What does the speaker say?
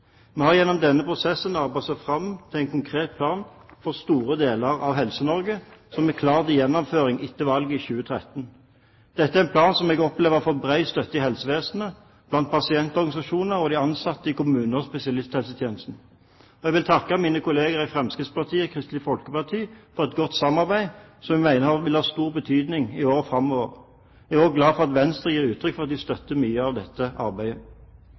Vi har gjennom denne prosessen arbeidet oss fram til en konkret plan for store deler av Helse-Norge som er klar til gjennomføring etter valget i 2013. Dette er en plan som jeg opplever har fått bred støtte i helsevesenet, blant pasientorganisasjonene og de ansatte i kommunene og spesialisthelsetjenesten. Jeg vil takke mine kollegaer i Fremskrittspartiet og Kristelig Folkeparti for et godt samarbeid, som jeg mener vil ha stor betydning i årene framover. Jeg er også glad for at Venstre gir utrykk for at de støtter mye av dette arbeidet.